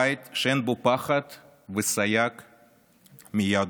בית שאין בו פחד וסייג מיהדותו.